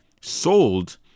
sold